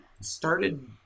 started